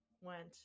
went